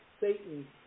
Satan